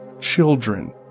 Children